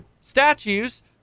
statues